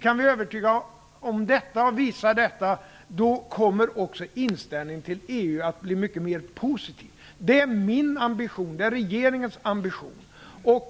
Kan vi visa på detta, kommer också inställningen till EU att bli mycket mera positiv. Det är min och regeringens ambition. För